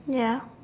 ya